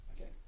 Okay